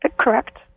Correct